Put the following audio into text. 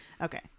okay